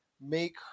make